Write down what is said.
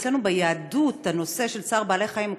אצלנו ביהדות הנושא של צער בעלי-חיים הוא